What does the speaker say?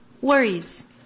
Worries